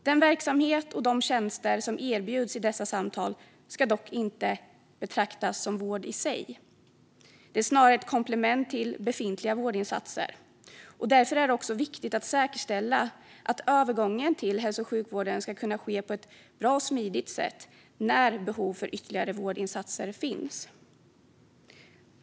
Den verksamhet och de tjänster som erbjuds i dessa samtal ska dock inte betraktas som vård i sig. Det är snarare ett komplement till befintliga vårdinsatser. Därför är det viktigt att säkerställa att övergången till hälso och sjukvården ska kunna ske på ett bra och smidigt sätt när behov av ytterligare vårdinsatser finns.